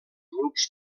grups